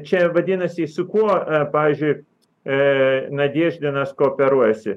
čia vadinasi su kuo pavyzdžiui e nadeždinas kooperuojasi